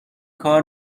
کار